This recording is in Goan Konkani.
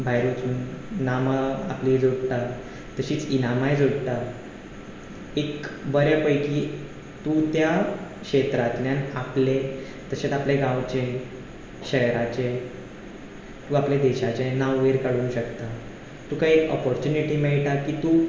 भायर वचून नामां आपलीं जोडटा तशींच इनामांय जोडटा एक बरें पैकी तूं त्या क्षेत्रांतल्यान आपलें तशेंच आपल्या गांवचें शेहराचें तूं आपले देशाचें नांव वयर काडूंक शकता तुका एक ऑपर्च्युनिटी मेळटा की तूं